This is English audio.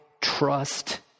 trust